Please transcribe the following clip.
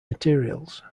materials